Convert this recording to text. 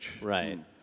Right